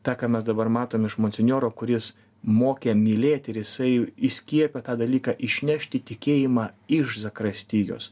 ta ką mes dabar matom iš monsinjoro kuris mokė mylėti ir jisai įskiepijo tą dalyką išnešti tikėjimą iš zakrastijos